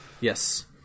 Yes